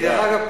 דרך אגב,